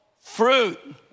fruit